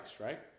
right